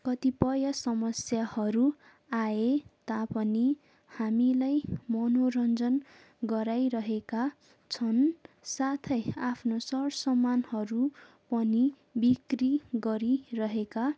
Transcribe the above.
कतिपय समस्याहरू आए तापनि हामीलाई मनोरञ्जन गराइरहेका छन् साथै आफ्नो सर सामानहरू पनि बिक्री गरिरहेका